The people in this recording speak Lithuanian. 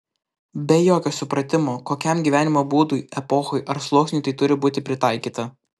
be jokio supratimo kokiam gyvenimo būdui epochai ar sluoksniui tai turi būti pritaikyta